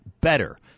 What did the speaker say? better